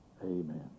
Amen